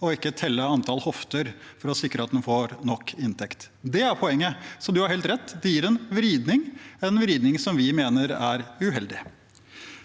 og ikke telle antall hofter for å sikre at en får nok inntekt. Det er poenget, så Tetzschner har helt rett: Det gir en vridning, en vridning som vi mener er uheldig.